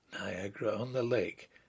Niagara-on-the-Lake